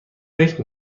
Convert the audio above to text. فکر